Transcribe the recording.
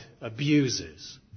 abuses